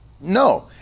No